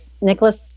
Nicholas